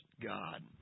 God